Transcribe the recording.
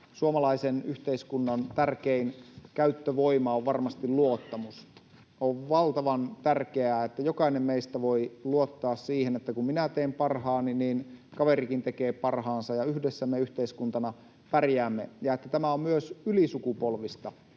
suomalaisen yhteiskunnan tärkein käyttövoima on varmasti luottamus. On valtavan tärkeää, että jokainen meistä voi luottaa siihen, että kun minä teen parhaani, niin kaverikin tekee parhaansa ja yhdessä me yhteiskuntana pärjäämme. Ja tämä on myös ylisukupolvista: